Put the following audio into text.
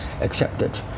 accepted